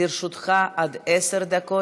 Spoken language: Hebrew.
לרשותך עד עשר דקות.